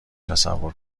تصور